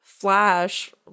Flash